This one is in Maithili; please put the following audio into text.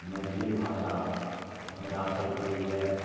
मैथिली भाषा हमरा सभके लिए